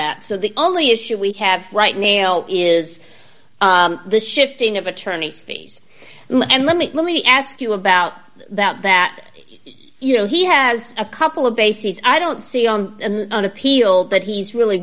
that so the only issue we have right now is the shifting of attorney's fees and let me let me ask you about that that you know he has a couple of bases i don't see on and on appeal that he's really